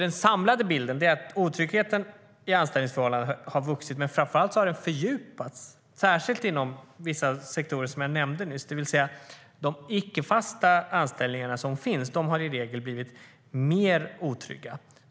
Den samlade bilden är att otryggheten i anställningsförhållandet har vuxit, men framför allt har den fördjupats, särskilt inom de sektorer som jag nyss nämnde, det vill säga att de icke-fasta anställningarna har i regel blivit mer otrygga.